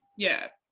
yeah,